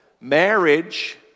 marriage